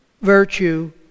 virtue